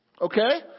Okay